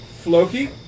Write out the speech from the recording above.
Floki